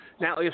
Now